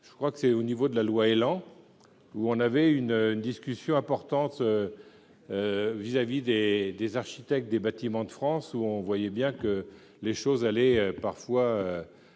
je crois que c'est au niveau de la loi élan où on avait une une discussion importante vis-à-vis des des architectes des Bâtiments de France, où on voyait bien que les choses allaient parfois